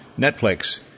Netflix